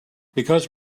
because